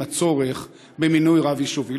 הצורך במינוי רב יישובי.